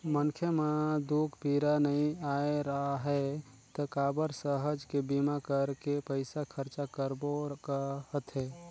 मनखे म दूख पीरा नइ आय राहय त काबर सहज के बीमा करके पइसा खरचा करबो कहथे